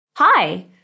Hi